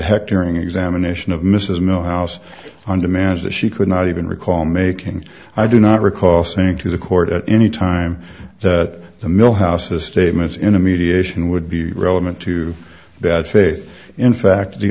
hectoring examination of mrs milhouse fundamentals that she could not even recall making i do not recall saying to the court at any time that the mill houses statements in a mediation would be relevant to that face in fact the